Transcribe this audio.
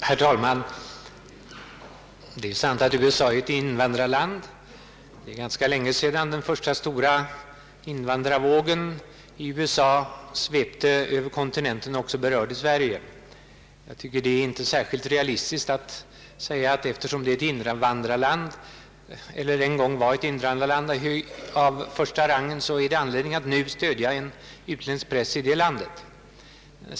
Herr talman! Det är sant att USA är ett invandrarland, men det är ganska länge sedan den första stora invandrarvågen svepte fram och också berörde Sverige. Det är inte särskilt realistiskt att säga att eftersom USA en gång var ett invandrarland av första rangen så finns det anledning att nu stödja utländsk press i det landet.